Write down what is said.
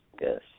yes